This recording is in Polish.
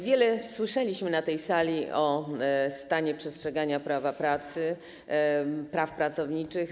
Wiele słyszeliśmy na tej sali o stanie przestrzegania Prawa pracy, praw pracowniczych.